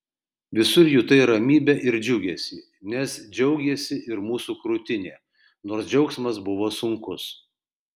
visur jutai ramybę ir džiugesį nes džiaugėsi ir mūsų krūtinė nors džiaugsmas buvo sunkus